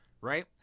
Right